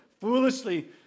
foolishly